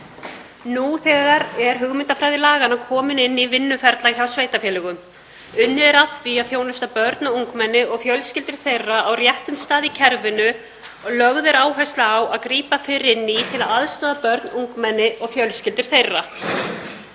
Nú þegar er hugmyndafræði laganna komin inn í vinnuferla hjá sveitarfélögum. Unnið er að því að þjónusta börn og ungmenni og fjölskyldur þeirra á réttum stað í kerfinu og lögð er áhersla á að grípa fyrr inn í til að aðstoða börn, ungmenni og fjölskyldur þeirra.